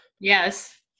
yes